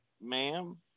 ma'am